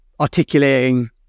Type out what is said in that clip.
articulating